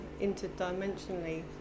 interdimensionally